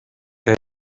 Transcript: què